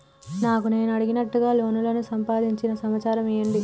నాకు నేను అడిగినట్టుగా లోనుకు సంబందించిన సమాచారం ఇయ్యండి?